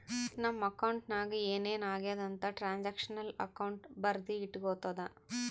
ನಮ್ ಅಕೌಂಟ್ ನಾಗ್ ಏನ್ ಏನ್ ಆಗ್ಯಾದ ಅಂತ್ ಟ್ರಾನ್ಸ್ಅಕ್ಷನಲ್ ಅಕೌಂಟ್ ಬರ್ದಿ ಇಟ್ಗೋತುದ